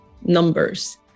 numbers